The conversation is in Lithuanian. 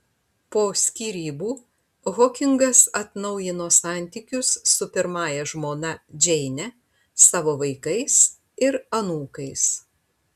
po skyrybų hokingas atnaujino santykius su pirmąja žmona džeine savo vaikais ir anūkais